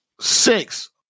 Six